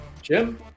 Jim